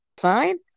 fine